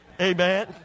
Amen